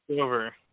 over